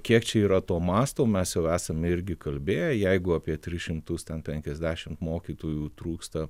kiek čia yra to masto mes jau esam irgi kalbėję jeigu apie tris šimtus ten penkiasdešim mokytojų trūksta